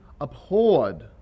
abhorred